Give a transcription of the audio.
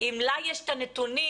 אם לה יש את הנתונים